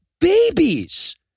babies